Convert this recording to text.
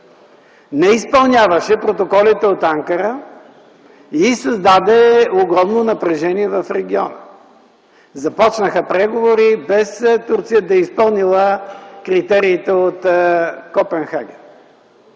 не изпълняваше протоколите от Анкара и създаде огромно напрежение в региона. Започнаха преговори, без Турция да е изпълнила критериите от Копенхаген.